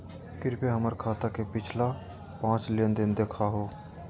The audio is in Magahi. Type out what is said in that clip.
कृपया हमर खाता के पिछला पांच लेनदेन देखाहो